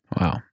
wow